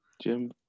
Jim